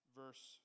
verse